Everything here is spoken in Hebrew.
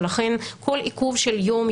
ולכן כל עיכוב של יום,